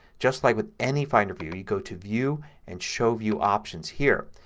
just like with any finder view you go to view and show view options here.